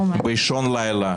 באישון לילה,